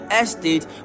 estate